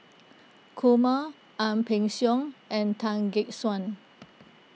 Kumar Ang Peng Siong and Tan Gek Suan